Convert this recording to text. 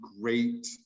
great